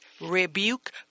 Rebuke